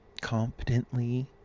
competently